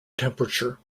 temperature